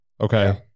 Okay